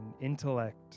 intellect